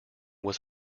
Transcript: was